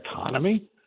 economy